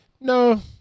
No